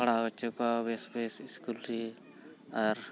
ᱯᱟᱲᱦᱟᱣ ᱚᱪᱚ ᱠᱚᱣᱟ ᱵᱮᱥ ᱵᱮᱥ ᱤᱥᱠᱩᱞ ᱨᱮ ᱟᱨ